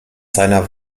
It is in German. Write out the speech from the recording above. seiner